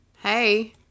Hey